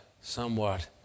somewhat